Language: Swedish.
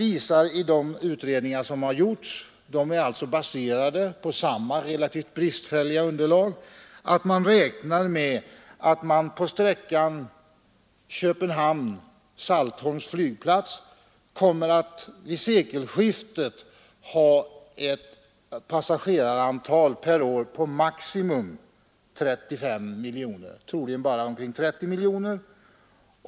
I de utredningar som gjorts och som är baserade på nämnda relativt bristfälliga underlag räknar man med att sträckan Köpenhamn—Saltholms flygplats kommer att vid sekelskiftet ha ett resandeantal per år på maximalt 35 miljoner — troligen bara omkring 30 miljoner.